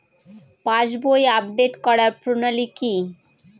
পাসবই update করার প্রণালী কি?